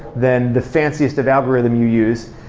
than the fanciest of algorithm you use.